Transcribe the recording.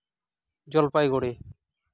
Jalpaiguri